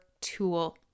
tool